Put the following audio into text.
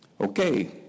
Okay